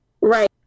Right